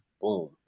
Boom